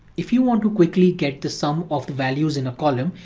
if you want to quickly get to some of the values in a column,